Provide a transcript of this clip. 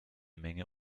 menge